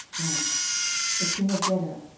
one the king of geder,